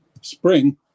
spring